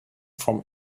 from